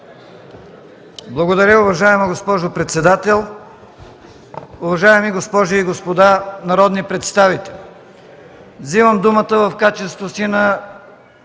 Благодаря, уважаема госпожо председател. Уважаеми госпожи и господа народни представители! Вземам думата в качеството си на